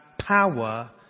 power